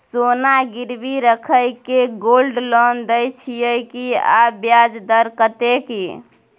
सोना गिरवी रैख के गोल्ड लोन दै छियै की, आ ब्याज दर कत्ते इ?